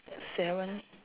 seven